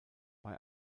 bei